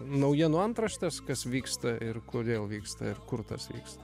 naujienų antraštes kas vyksta ir kodėl vyksta ir kur tas vyksta